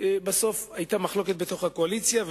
בסוף היתה מחלוקת בתוך הקואליציה,